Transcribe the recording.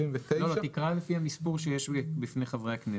לא, לא, תקרא לפי המספור שיש בפני חברי הכנסת.